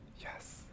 Yes